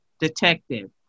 detective